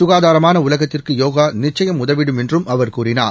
சுகாதாரமான உலகத்திற்கு யோகா நிச்சயம் உதவிடும் என்றும் அவர் கூறினார்